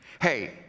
Hey